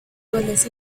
goles